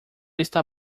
está